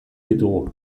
ditugu